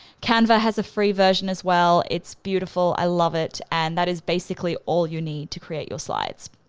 canva has a free version as well. it's beautiful, i love it, and that is basically all you need to create your slides.